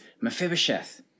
Mephibosheth